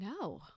No